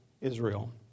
Israel